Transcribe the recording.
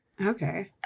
Okay